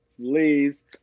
please